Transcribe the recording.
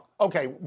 Okay